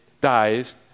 dies